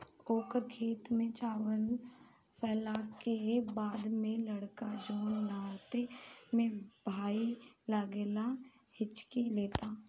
ओकर खेत के चावल खैला के बाद उ लड़का जोन नाते में भाई लागेला हिच्की लेता